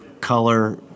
color